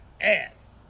ass